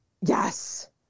Yes